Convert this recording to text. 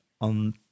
on